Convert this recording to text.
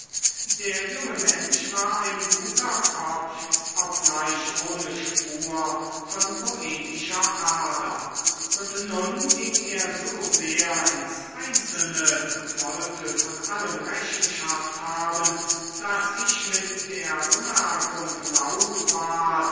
der junge mensch war ein guter kopf obgleich ohne spur von poetischer ader und nun ging er so sehr ins einzelne und wollte von allem rechenschaft haben daß ich mit der bemerkung laut ward